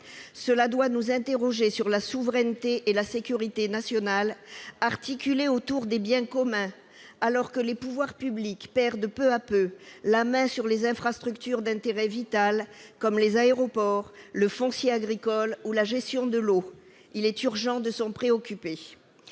Cela doit nous interroger sur la souveraineté et la sécurité nationales, articulées autour des biens communs, alors que les pouvoirs publics perdent peu à peu la main sur des infrastructures d'intérêt vital comme les aéroports, le foncier agricole ou la gestion de l'eau. Il est urgent de s'en préoccuper.